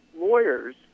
lawyers